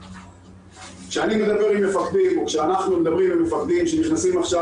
כשאנחנו מדברים עם מפקדים שנכנסים עכשיו